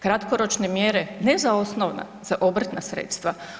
Kratkoročne mjere, ne za osnovna, za obrtna sredstva.